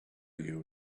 you